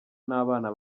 n’abana